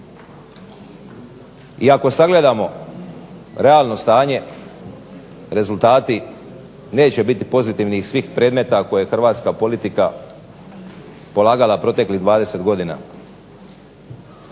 I ako sagledamo realno stanje, rezultati neće biti pozitivni iz svih predmeta a koje hrvatska politika polagala proteklih 20 godina.